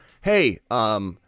hey